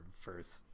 first